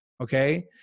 Okay